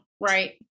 Right